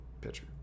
pitcher